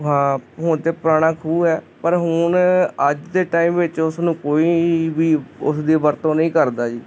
ਹਾਂ ਹੁਣ ਤੇ ਪੁਰਾਣਾ ਖੂਹ ਹੈ ਪਰ ਹੁਣ ਅੱਜ ਦੇ ਟਾਈਮ ਵਿੱਚ ਉਸਨੂੰ ਕੋਈ ਵੀ ਉਸਦੀ ਵਰਤੋਂ ਨਈਂ ਕਰਦਾ ਜੀ